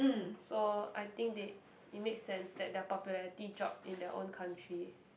so I think they it make sense that their popularity drop in their own country